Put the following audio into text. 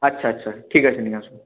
আচ্ছা আচ্ছা ঠিক আছে নিয়ে আসবো